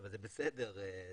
זה בסדר,